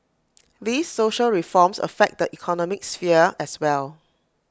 these social reforms affect the economic sphere as well